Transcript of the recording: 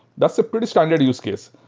that's the pretty standard use case.